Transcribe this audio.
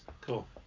Cool